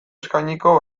eskainiko